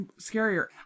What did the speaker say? scarier